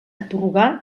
atorgar